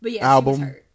album